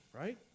right